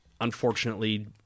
unfortunately